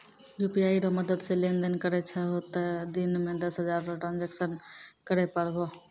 UPI रो मदद से लेनदेन करै छहो तें दिन मे दस हजार रो ट्रांजेक्शन करै पारभौ